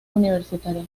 universitaria